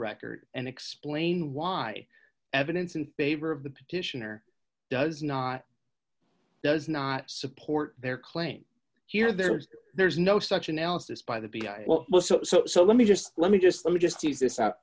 record and explain why evidence in favor of the petitioner does not does not support their claim here there's there's no such analysis by the b well so let me just let me just let me just tease this out